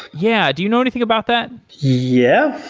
yeah. do you know anything about that? yeah.